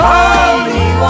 Holy